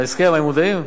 להסכם, הם מודעים?